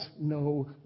no